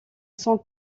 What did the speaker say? sont